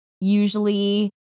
Usually